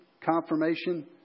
confirmation